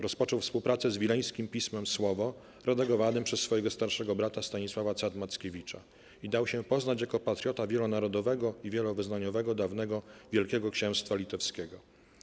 Rozpoczął współpracę z wileńskim pismem 'Słowo', redagowanym przez swojego starszego brata - Stanisława Cat-Mackiewicza, i dał się poznać jako patriota wielonarodowego i wielowyznaniowego dawnego Wielkiego Księstwa Litewskiego.